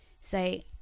say